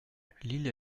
l’île